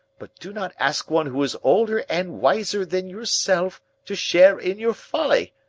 but do not ask one who is older and wiser than yourself to share in your folly.